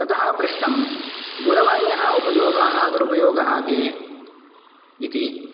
ततः पृष्टं दूरवाण्याः उपयोगः दुरुपयोगाः के इति